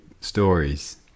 stories